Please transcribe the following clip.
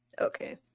Okay